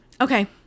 Okay